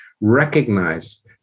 recognize